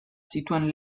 zituen